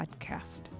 podcast